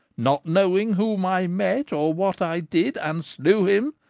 not knowing whom i met or what i did, and slew him,